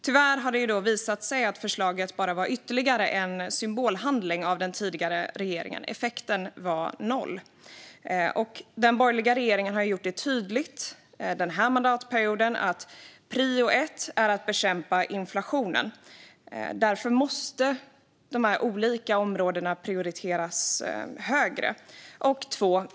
Tyvärr har det visat sig att förslaget bara var ytterligare en symbolhandling av den förra regeringen. Effekten var noll. Den borgerliga regeringen har gjort det tydligt att prio ett den här mandatperioden är att bekämpa inflationen. Därför måste de här olika områdena prioriteras högre.